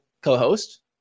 co-host